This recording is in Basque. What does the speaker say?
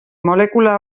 molekula